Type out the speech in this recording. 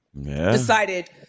decided